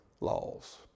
laws